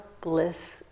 bliss